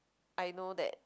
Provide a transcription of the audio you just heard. I know that